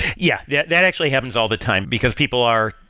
yeah yeah, that actually happens all the time, because people are,